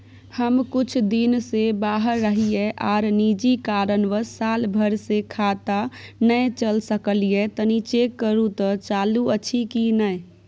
हम कुछ दिन से बाहर रहिये आर निजी कारणवश साल भर से खाता नय चले सकलियै तनि चेक करू त चालू अछि कि नय?